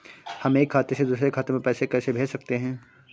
हम एक खाते से दूसरे खाते में पैसे कैसे भेज सकते हैं?